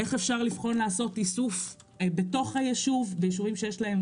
איך אפשר לבחון לעשות איסוף בתוך היישוב ביישובים שיש להם